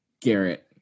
Garrett